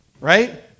Right